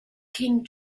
king